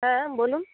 হ্যাঁ বলুন